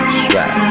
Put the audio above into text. strap